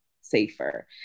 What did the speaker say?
safer